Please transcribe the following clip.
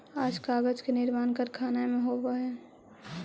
आज कागज के निर्माण कारखाना में होवऽ हई